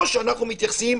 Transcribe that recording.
או שאנחנו מתייחסים,